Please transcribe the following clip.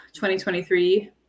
2023